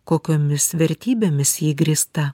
kokiomis vertybėmis ji grįsta